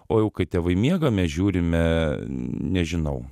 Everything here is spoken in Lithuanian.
o jau kai tėvai miega mes žiūrime nežinau